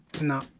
No